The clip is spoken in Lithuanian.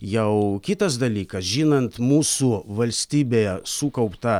jau kitas dalykas žinant mūsų valstybėje sukauptą